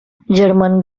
german